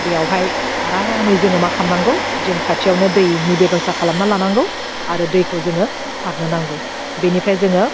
बेयावहाय आरामै जोङो मा खामनांगौ जों खाथियावनो दैनि बेबस्था खालामना लानांगौ आरो दैखौ जोङो सारनो नांगौ बेनिफ्राय जोङो